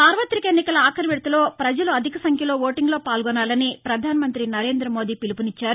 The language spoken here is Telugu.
సార్వతిక ఎన్నికల ఆఖరి విడతలో ప్రపజలు అధిక సంఖ్యలో ఓటింగ్లో పాల్గొనాలని ప్రధానమంత్రి నరేంద్ర మోడీ పిలుపునిచ్చారు